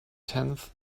tenth